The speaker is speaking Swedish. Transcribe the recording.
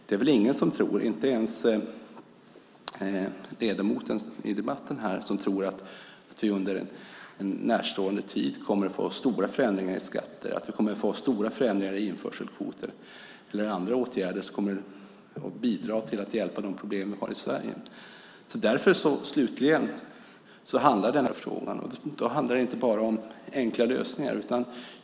Det finns det väl ingen, inte ens ledamoten här, som tror att vi under närstående tid kommer att få se stora förändringar av skatter och införselkvoter eller andra åtgärder som kommer att bidra till att lösa de problem vi har i Sverige. Därför handlar denna fråga slutligen om hur vi hanterar frågan. Det handlar inte bara om enkla lösningar.